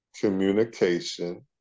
communication